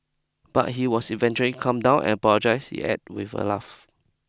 but he was eventually calm down and apologise she add with a laugh